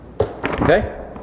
Okay